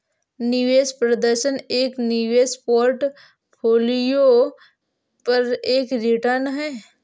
निवेश प्रदर्शन एक निवेश पोर्टफोलियो पर एक रिटर्न है